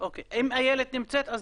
אם איילת נמצאת, אז